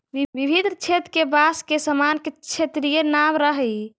विभिन्न क्षेत्र के बाँस के सामान के क्षेत्रीय नाम रहऽ हइ